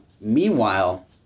Meanwhile